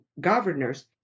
governors